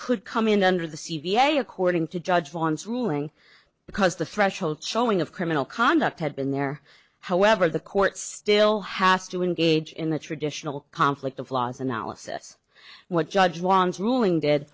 could come in under the c v a according to judge one's ruling because the threshold showing of criminal conduct had been there however the court still has to engage in the traditional conflict of law's analysis what judge wants ruling